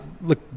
Look